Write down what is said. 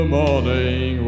morning